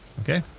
okay